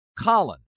Colin